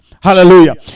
Hallelujah